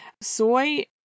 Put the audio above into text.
Soy